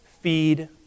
feed